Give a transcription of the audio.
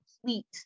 complete